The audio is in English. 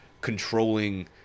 controlling